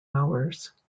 hours